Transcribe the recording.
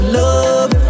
love